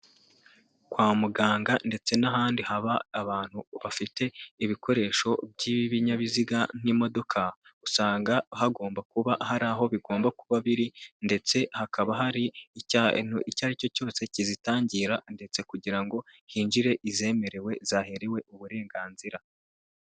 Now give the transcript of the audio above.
Kwa muganga ndetse n'ahandi haba abantu bafite ibikoresho by'ibinyabiziga nk'imodoka, usanga hagomba kuba hari aho bigomba kuba biri, ndetse hakaba hari icya icyo aricyo cyose kizitangira ndetse kugira ngo hinjire izemerewe zaherewe uburenganzira.